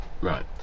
Right